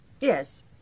Yes